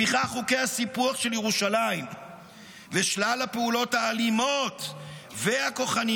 לפיכך חוקי הסיפוח של ירושלים ושלל הפעולות האלימות והכוחניות